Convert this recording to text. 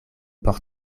por